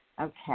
Okay